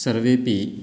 सर्वेऽपि